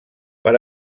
per